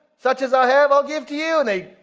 such as i have, i'll give to you. and they,